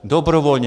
Dobrovolně.